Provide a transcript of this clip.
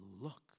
look